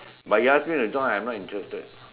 but he ask me to join I'm not interested